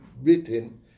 written